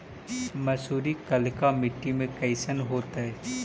मसुरी कलिका मट्टी में कईसन होतै?